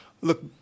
Look